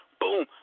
Boom